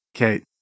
Okay